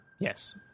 Yes